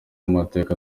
amateka